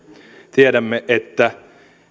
tiedämme että